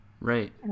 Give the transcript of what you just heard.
right